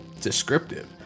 descriptive